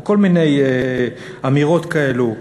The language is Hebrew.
כל מיני אמירות כאלה.